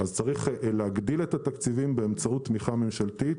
צריך להגדיל את התקציבים באמצעות תמיכה ממשלתית,